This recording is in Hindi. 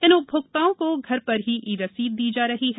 इन उपभोक्ताओं को घर पर ही ई रसीद दी जा रही है